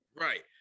Right